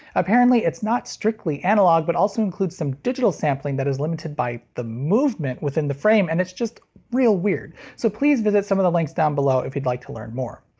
apparently it's not strictly analog but also includes some digital sampling that is limited by movement within the frame and it's just real weird so please visit some of the links down below if you'd like to learn more.